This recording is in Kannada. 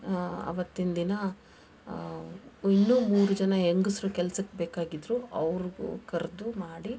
ಅವತ್ತಿನ ದಿನ ಇನ್ನೂ ಮೂರು ಜನ ಹೆಂಗಸ್ರು ಕೆಲ್ಸಕ್ಕೆ ಬೇಕಾಗಿದ್ದರು ಅವ್ರ್ಗೂ ಕರೆದು ಮಾಡಿ